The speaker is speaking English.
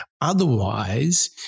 Otherwise